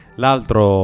l'altro